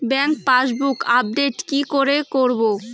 Bank passbook update কি করে করবো?